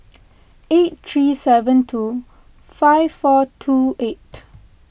eight three seven two five four two eight